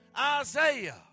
Isaiah